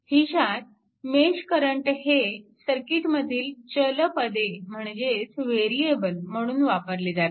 हिच्यात mesh current हे सर्किटमधील चल पदे म्हणजेच व्हेरिएबल म्हणून वापरले जातात